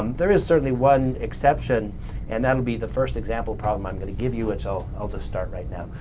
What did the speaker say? um there is certainly one exception and that'll be the first example problem i'm going to give you which i'll i'll just start right now.